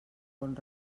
bon